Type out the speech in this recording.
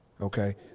Okay